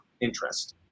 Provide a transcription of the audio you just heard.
interest